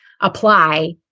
apply